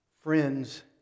Friends